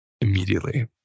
immediately